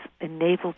enabled